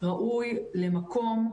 ראוי למקום,